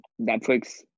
Netflix